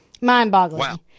mind-boggling